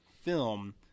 film